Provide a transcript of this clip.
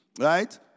right